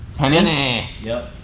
penn-enny. yup.